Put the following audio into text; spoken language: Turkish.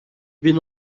bin